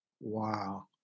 wow